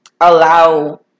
allow